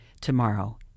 tomorrow